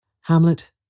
Hamlet